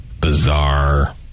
bizarre